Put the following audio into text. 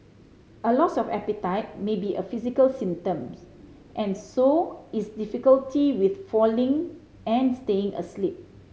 a loss of appetite may be a physical symptom and so is difficulty with falling and staying asleep